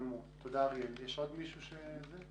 חשוב לומר שהמהלך של מעבר צה"ל